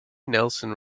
nelson